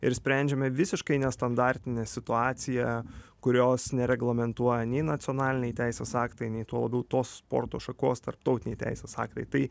ir sprendžiame visiškai nestandartinę situaciją kurios nereglamentuoja nei nacionaliniai teisės aktai nei tuo labiau tos sporto šakos tarptautiniai teisės aktai tai